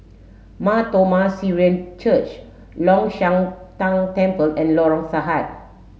Mar Thom Mar Syrian Church Long Shan Tang Temple and Lorong Sahad